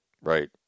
Right